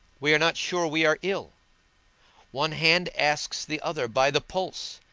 we are not sure we are ill one hand asks the other by the pulse,